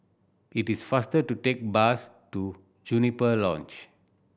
it is faster to take bus to Juniper Lodge